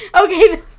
Okay